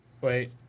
Wait